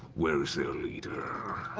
where is their leader?